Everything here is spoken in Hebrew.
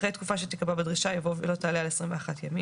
אחרי "תקופה שתקבע בדרישה" יבוא "ולא תעלה על 21 ימים";